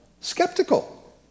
skeptical